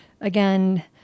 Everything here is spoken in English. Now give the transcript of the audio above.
again